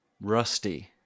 Rusty